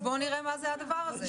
בוא נראה מה הדבר הזה.